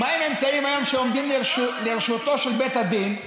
שעומדים היום לרשותו של בית הדין.